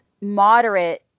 moderate